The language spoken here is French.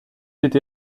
été